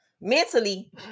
mentally